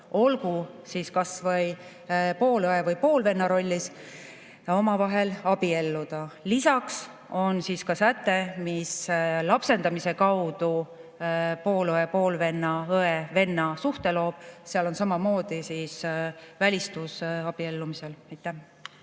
olgu siis kasvõi poolõe või poolvenna rollis, omavahel abielluda. Lisaks on ka säte, mis lapsendamise kaudu poolõe ja poolvenna, õe ja venna suhte loob, aga samamoodi välistab abiellumise. Arvo